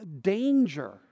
danger